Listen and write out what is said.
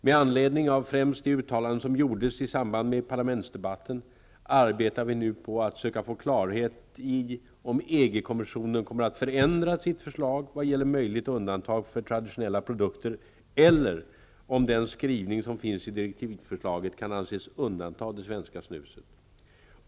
Med anledning av främst de uttalanden som gjordes i samband med parlamentsdebatten arbetar vi nu på att söka få klarhet i om EG-kommissionen kommer att förändra sitt förslag vad gäller möjligt undantag för traditionella produkter eller om den skrivning som finns i direktivförslaget kan anses undanta det svenska snuset.